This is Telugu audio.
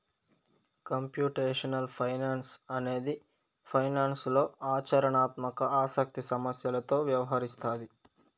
కంప్యూటేషనల్ ఫైనాన్స్ అనేది ఫైనాన్స్లో ఆచరణాత్మక ఆసక్తి సమస్యలతో వ్యవహరిస్తాది